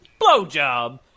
blowjob